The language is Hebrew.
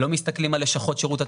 לא מסתכלים על לשכות שירות התעסוקה,